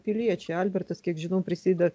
piliečiai albertas kiek žinau prisideda